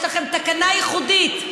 יש לכם תקנה ייחודית,